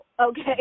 okay